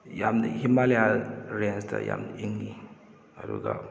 ꯌꯥꯝꯅ ꯍꯤꯃꯥꯂꯌꯥ ꯔꯦꯟꯖꯇ ꯌꯥꯝꯅ ꯏꯪꯏ ꯑꯗꯨꯒ